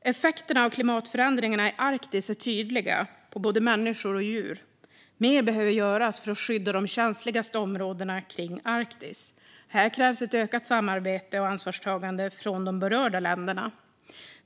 Effekterna av klimatförändringarna i Arktis för både människor och djur är tydliga. Mer behöver göras för att skydda de känsligaste områdena kring Arktis. Här krävs ett ökat samarbete och ansvarstagande från de berörda länderna.